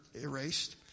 erased